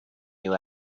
you